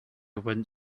went